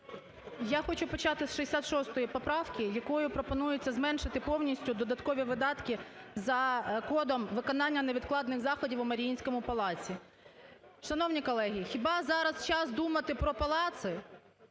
Я хочу почати з 66 поправки, якою пропонується зменшити повністю додаткові видатки за кодом "виконання невідкладних заходів у Маріїнському палаці". Шановні колеги, хіба зараз час думати про палаци?